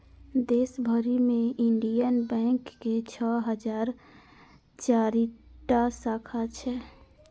देश भरि मे इंडियन बैंक के छह हजार चारि टा शाखा छै